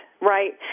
right